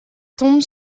tombe